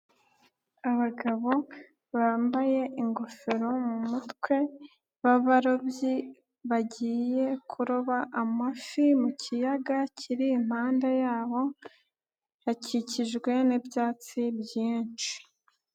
Abagabo bambaye ingofero mu mutwe b'abarobyi, bagiye kuroba amafi mu kiyaga kiri impande yabo, hakikijwe n'ibyatsi byinshi.